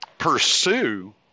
Pursue